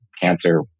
cancer